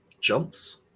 jumps